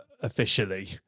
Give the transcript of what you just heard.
officially